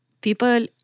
people